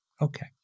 Okay